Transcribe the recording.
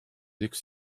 üks